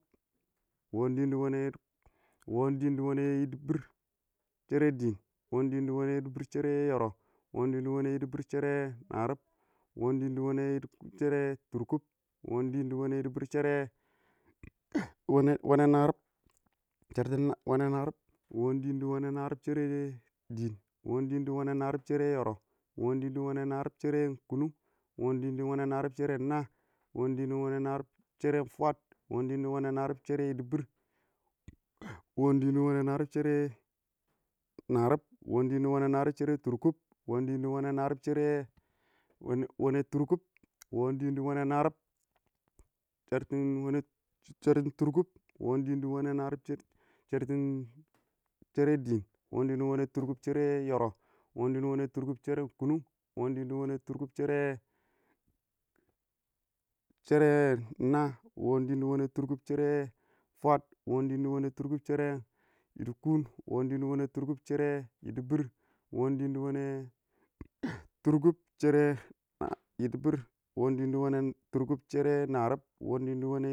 shɛrɛ dɪɪn wɔɔn dɪɪn dɪ wɔnɛy yidibir shere dɪɪn,, wɔɔn dɪɪn dɪ wɔnɛr yichbir shɛrɛ yɔrʊb, wɔɔn dɪɪn dɪ wɔnɛ yidibir shɛrɛ kannʊ, wɔɔn dɪɪn di wene yidibir shere naa, wɔɔm diin dɪ wanɛ yɪdɪbɪr shɛrɛn fwaad wɔɔn dɪɪn d wanɛ yɪdɪbɪr shɛrɛ yidikʊm wɔɔn dɪɪn dɪ wɔnɛ yidibi shɪdɔ yɪdɪbʊr wɔɔn dɪɪn dɪ wɔnɛ yɪdɪbɪr shɛrɛ narɪb wɔɔn dɪɪn dɪ wɔnɛ yidi bɪr shɛrɛ tʊrkʊb wɔɔn dɪn dɪ wanɛ narɪb wɔɔn dɪɪn dɪ wɔnɛ narɪb shɛrɛ dɪɪn wɔɔn dɪɪn dɪ wɔ nɛ narɪb shɛrɛ yɔrɔb wɔɔn dɪɪn dɪ wɔnɛ naribʊ shɛrɛn kʊnʊn wɔɔn dɪ wɔnɛ narib shɛrɛ naa wɔɔn dɪɪn dɪ wɔnɛ narɪb shɛrɛn fwaad dɪ wɔnɛ narɪb shɛrɛn yidikun, wɔnɛ dɪɪn dɪ wɔnɛn narɪb shɛrɛ yɪdɪbɪr wɔɔn dɪɪ ddi dhɛrɛ yɪdɪbɪr wɔɔn diiin dɪ wɔnɛ narɪb shɛrɛ narɪb wɔɔn dɪɪn dɪ wɔnɛ narɪb shɛrɛ tʊrkʊb, wɔɔm dɪɪn dɪ wangɛ tʊrkʊb, wɔɔn dɪɪn dɪ wɔnɛ narɪb shɛrtɪn wɔnɛ tʊrkʊ wɔɔndɪn dɪ wɔnɛ tʊrkʊb shɛrɛ dɪɪn wɔɔn dɪɪn dɪ wɔnɛ tstkʊb shɛrɛ dɪɪn, wɔɔn dɪɪn dɪ wɔnɛ tʊrbʊb shɛrɛ yɔrʊbs wɔɔn diiin dɪ wanɛ tʊrkʊs shɛran kʊnʊn wɔɔn dɪɪn dɪ wɔnɛn tʊrkʊb shɛrɛn naah wɔɔn dɪɪn dɪ wɔnɛ tʊrkʊb shɛrɛn fwaad wɔɔn dɪɪn ɔf wɔnɛ tʊrkʊs shɛrɛ yiɪdɪkʊn wɔɔn dʊn dɪ wanɛ tʊrkʊb shɛrɛ yɪdɪbɪr wɔɔn dɪɪn dɪ wɔnɛ tʊrkʊb shɛrɛ narab wɔɔn dɪɪn